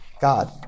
God